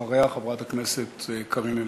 אחריה, חברת הכנסת קארין אלהרר.